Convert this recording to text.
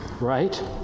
right